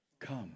Come